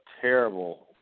terrible